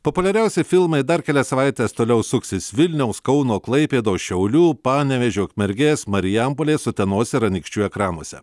populiariausi filmai dar kelias savaites toliau suksis vilniaus kauno klaipėdos šiaulių panevėžio ukmergės marijampolės utenos ir anykščių ekranuose